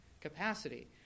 capacity